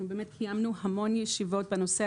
אנחנו באמת קיימנו המון ישיבות בנושא,